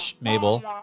Mabel